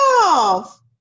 off